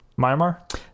Myanmar